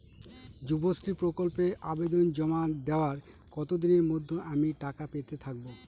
যুবশ্রী প্রকল্পে আবেদন জমা দেওয়ার কতদিনের মধ্যে আমি টাকা পেতে থাকব?